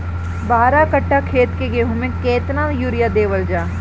बारह कट्ठा खेत के गेहूं में केतना यूरिया देवल जा?